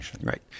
Right